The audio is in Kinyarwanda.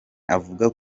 avuga